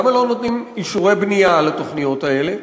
למה לא נותנים אישורי בנייה לתוכניות האלה?